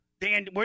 Dan